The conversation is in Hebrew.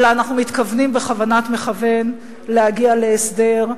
אלא אנחנו מתכוונים בכוונת מכוון להגיע להסדר,